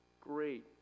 Great